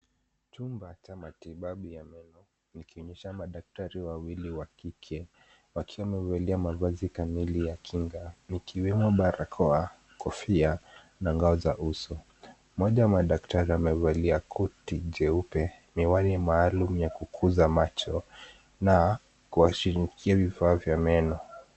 Chumba cha matibabu ya meno ikionyesha madaktari wawili ya kike wakiwa wamevalia mavazi kamili ya kinga yakiwemo barakoa, kofia na ngao za uso. Moja wa madaktari amevalia koti jeupe miwani maalum ya kukuza macho na kuashinikia vifa vya meno.